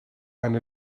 and